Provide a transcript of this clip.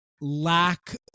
lack